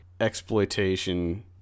exploitation-